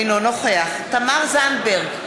אינו נוכח תמר זנדברג,